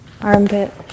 armpit